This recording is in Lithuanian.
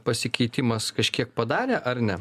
pasikeitimas kažkiek padarė ar ne